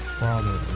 father